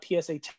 PSA